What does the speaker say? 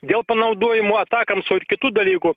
dėl panaudojimo atakamso ir kitų dalykų